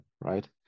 right